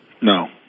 No